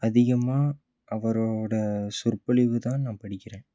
அதிகமாக அவரோடய சொற்பொழிவு தான் நான் படிக்கிறேன்